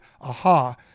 aha